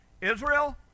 Israel